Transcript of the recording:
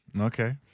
Okay